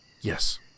Yes